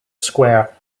square